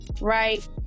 right